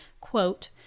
quote